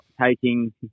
taking